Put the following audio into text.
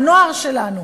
מהנוער שלנו?